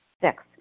Six